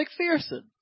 mcpherson